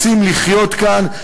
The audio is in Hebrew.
רוצים לחיות כאן,